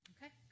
Okay